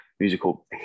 musical